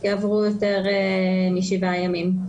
יעברו יותר משבעה ימים,